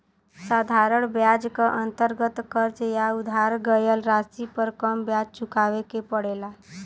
साधारण ब्याज क अंतर्गत कर्ज या उधार गयल राशि पर कम ब्याज चुकावे के पड़ेला